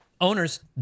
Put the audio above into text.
owners